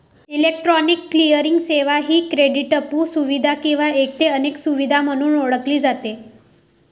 electronic clearing सेवा ही क्रेडिटपू सुविधा किंवा एक ते अनेक सुविधा म्हणून ओळखली जाते